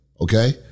okay